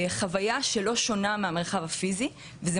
והציטוט הוא: לא במובן שהתנתקתי מהאינטרנט,